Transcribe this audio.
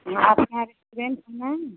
वो आपका रेस्टोरेंट है मैम